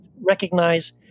recognize